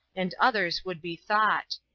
and others would be thought.